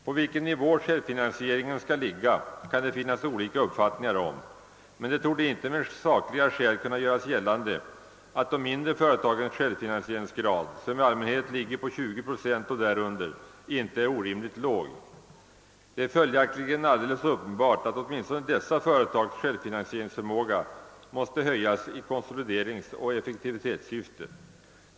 På vilken nivå självfinansieringen skall ligga kan det råda delade uppfattningar om, men det torde inte med sakliga skäl kunna göras gällande att de mindre företagens självfinansieringsgrad — som i allmänhet ligger på 20 procent eller därunder — inte är orimligt låg. Det är följaktligen alldeles uppenbart att åtminstone dessa företags självfinansieringsförmåga måste höjas i konsolideringsoch effektivitetssyfte.